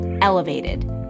elevated